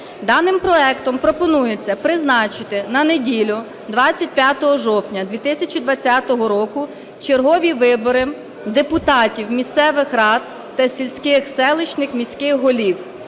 Даним проектом пропонується призначити на неділю 25 жовтня 2020 року чергові вибори депутатів місцевих рад та сільських, селищних, міських голів.